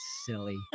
silly